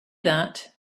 that